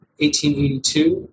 1882